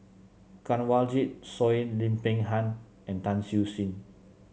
Kanwaljit Soin Lim Peng Han and Tan Siew Sin